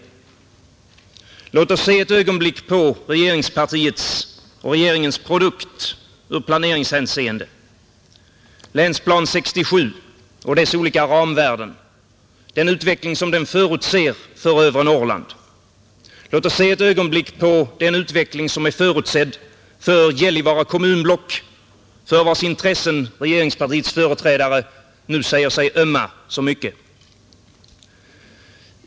Låt oss se ett ögonblick på regeringspartiets och regeringens produkt i planeringshänseende, Länsplan 67 och dess olika ramvärden, och titta på den utveckling som där förutses för övre Norrland. Låt oss se ett ögonblick på den utveckling som är förutsedd för Gällivare kommunblock, för vars intressen regeringspartiets företrädare nu säger sig ömma så mycket.